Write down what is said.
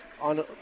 on